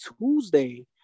Tuesday